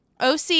OC